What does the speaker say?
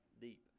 deep